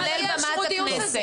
כולל מעל במת הכנסת.